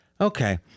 Okay